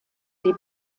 die